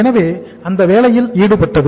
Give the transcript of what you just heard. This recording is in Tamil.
எனவே அந்த வேலையில் ஈடுபட்டது